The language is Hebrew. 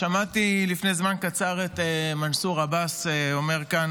לפני זמן קצר שמעתי את מנסור עבאס אומר כאן,